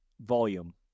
volume